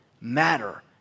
matter